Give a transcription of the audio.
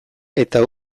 eta